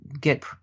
get